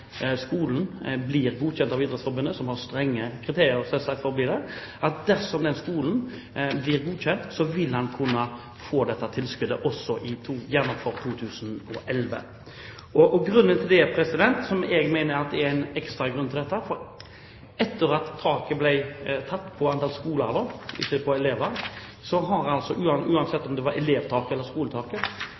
skolen blir godkjent av Idrettsforbundet, som selvsagt har strenge kriterier for å bli det, vil man kunne få dette tilskuddet for 2011. Det som jeg mener er en ekstra grunn til dette, er at Haugesund Toppidrettsgymnas, etter at taket ble satt på antall skoler, ikke på elever – uansett om det var elevtak eller skoletak – har drevet hele tiden, helt siden 1997. Det